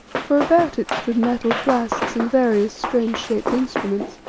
for about it stood metal flasks and various strange-shaped instruments.